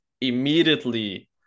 immediately